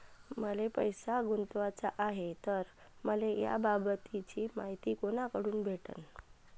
मले पैसा गुंतवाचा हाय तर मले याबाबतीची मायती कुनाकडून भेटन?